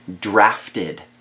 drafted